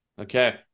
Okay